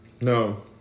No